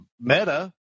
Meta